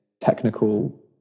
technical